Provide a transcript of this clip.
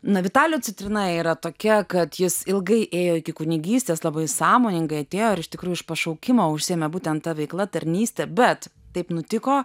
na vitalio citrina yra tokia kad jis ilgai ėjo iki kunigystės labai sąmoningai atėjo ir iš tikrųjų iš pašaukimo užsiėmė būtent ta veikla tarnyste bet taip nutiko